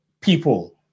people